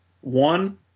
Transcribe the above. one